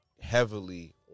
heavily